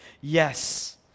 Yes